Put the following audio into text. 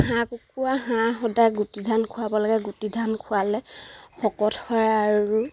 হাঁহ কুকুৰা হাঁহ সদায় গুটি ধান খোৱাব লাগে গুটি ধান খোৱালে শকত হয় আৰু